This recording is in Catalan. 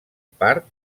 part